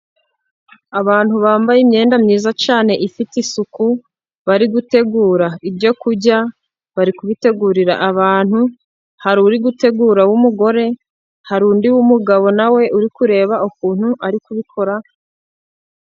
Abantu bambaye imyenda myiza cyane ifite isuku bari gutegura ibyo kurya bari kubitegurira abantu, hari uri gutegura w'umugore, hari undi w'umugabo nawe uri kureba ukuntu ari kubikora....